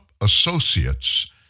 associates